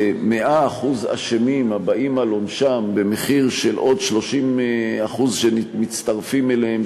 ל-100% אשמים הבאים על עונשם במחיר של עוד 30% שמצטרפים אליהם,